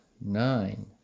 nine